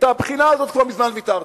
על הבחינה הזאת כבר מזמן ויתרתי.